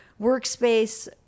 workspace